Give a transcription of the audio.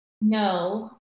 No